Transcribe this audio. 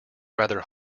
rather